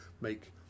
make